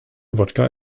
wodka